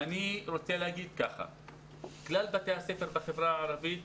אני רוצה לומר שכלל בתי הספר בחברה הערבית